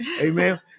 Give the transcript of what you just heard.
Amen